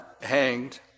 hanged